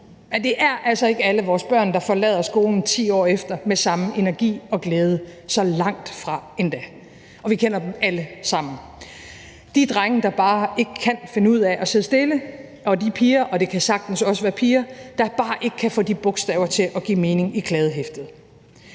det er altså ikke alle vores børn, der forlader skolen 10 år efter med samme energi og glæde, så langt fra endda. Og vi kender dem alle sammen: de drenge, der bare ikke kan finde ud af at sidde stille, og de piger, og det kan sagtens også være piger, der bare ikke kan få de bogstaver til at give mening i kladdehæftet.